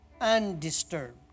undisturbed